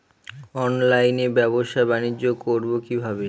অনলাইনে ব্যবসা বানিজ্য করব কিভাবে?